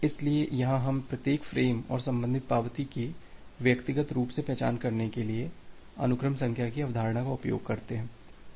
इसलिए यहां हम प्रत्येक फ्रेम और संबंधित पावती की व्यक्तिगत रूप से पहचान करने के लिए अनुक्रम संख्या की अवधारणा का उपयोग करते हैं